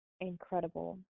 incredible